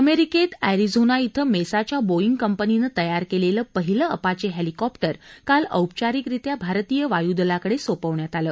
अमेरिकेत अस्झिोना ब्रिं मेसाच्या बोईंग कंपनीनं तयार केलेलं पहिलं अपाचे हेलिकॉप्टर काल औपचारिकरित्या भारतीय वायूदलाकडे सोपवण्यात आलं